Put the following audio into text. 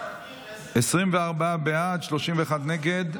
24 בעד, 31 נגד.